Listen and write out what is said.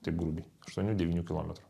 taip grubiai aštuonių devynių kilometrų